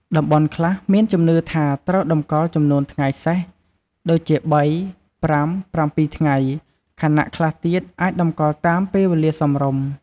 តំបន់ខ្លះមានជំនឿថាត្រូវតម្កល់ចំនួនថ្ងៃសេស ដូចជា ៣, ៥, ៧ ថ្ងៃ ខណៈខ្លះទៀតអាចតម្កល់តាមពេលវេលាសមរម្យ។